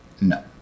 No